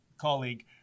colleague